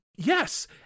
Yes